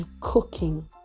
cooking